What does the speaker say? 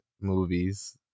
movies